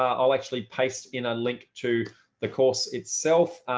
um i'll actually paste in a link to the course itself,